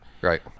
Right